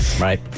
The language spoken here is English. Right